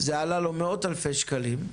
זה עלה לו מאות אלפי שקלים,